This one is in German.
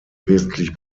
wesentlich